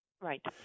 Right